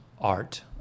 art